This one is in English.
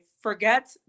forget